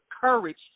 courage